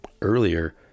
earlier